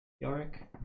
Yorick